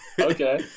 Okay